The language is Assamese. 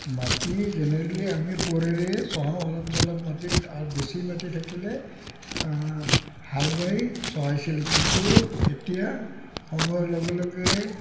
মাটি জেনেৰেলি আমি কোৰেৰেই চহাওঁ অলপ চলপ মাটি আৰু বেছি মাটি থাকিলে হাল বাই চহাইছিলোঁ কিন্তু এতিয়া সময়ৰ লগে লগে